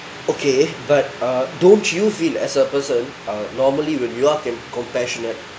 okay but uh don't you feel as a person uh normally with you are compassionate